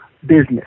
business